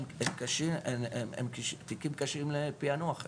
הם תיקים קשים לפענוח,